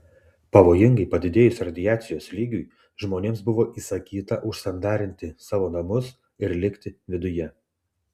pavojingai padidėjus radiacijos lygiui žmonėms buvo įsakyta užsandarinti savo namus ir likti viduje